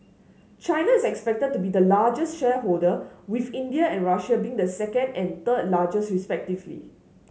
China is expected to be the largest shareholder with India and Russia being the second and third largest respectively